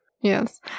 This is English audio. Yes